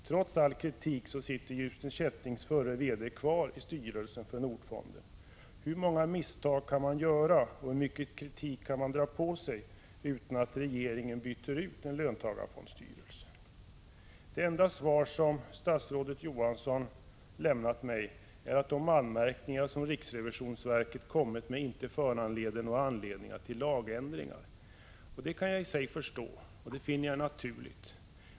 Trots all kritik sitter Ljusne Kättings förre VD kvar i styrelsen för Nordfonden. Hur många misstag kan en fondstyrelse göra, och hur mycket kritik kan den dra på sig utan att regeringen byter ut den? Det enda svar statsrådet Johansson lämnat mig är att de anmärkningar som riksrevisionsverket kommit med inte föranleder några lagändringar. Det kan jag i och för sig förstå.